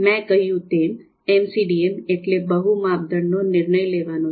મેં કહ્યું તેમ એમસીડીએમ એટલે બહુ માપદંડનો નિર્ણય લેવાનો છે